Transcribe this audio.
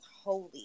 holy